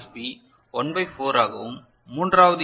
B 1 by 4 ஆகவும் மூன்றாவது M